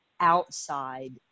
outside